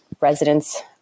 residents